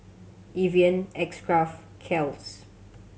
Evian X Craft Kiehl's